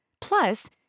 Plus